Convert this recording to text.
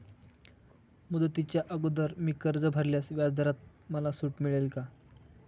मुदतीच्या अगोदर मी कर्ज भरल्यास व्याजदरात मला सूट मिळेल का?